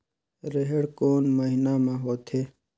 रेहेण कोन महीना म होथे?